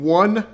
one